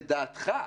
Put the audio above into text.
לדעתך,